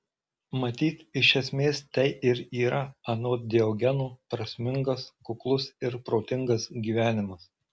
matyt iš esmės tai ir yra anot diogeno prasmingas kuklus ir protingas gyvenimas